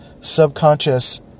subconscious